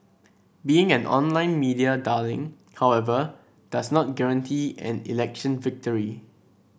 being an online media darling however does not guarantee an election victory